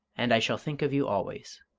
and i shall think of you always.